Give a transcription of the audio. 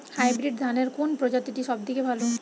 Hybrid ধানের কোন প্রজীতিটি সবথেকে ভালো?